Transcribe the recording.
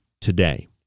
today